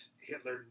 Hitler